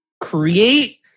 create